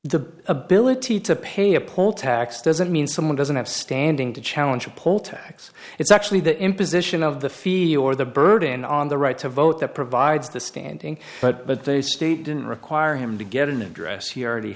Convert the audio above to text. the ability to pay a poll tax doesn't mean someone doesn't have standing to challenge a poll tax it's actually the imposition of the feel or the burden on the right to vote that provides the standing but the state didn't require him to get an address he already